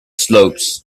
slopes